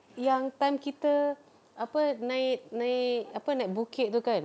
yang time kita apa naik naik apa naik bukit tu kan